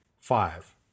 five